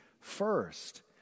first